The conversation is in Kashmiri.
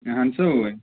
اہَن سا اوٚوَے